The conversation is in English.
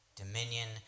dominion